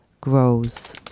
grows